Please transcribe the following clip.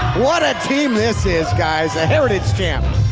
what a team this is guys. a heritage champ,